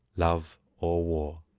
love or war.